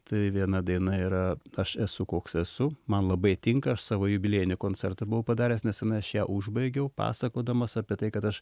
tai viena daina yra aš esu koks esu man labai tinka aš savo jubiliejinį koncertą buvau padaręs neseniai aš ją užbaigiau pasakodamas apie tai kad aš